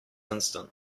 instant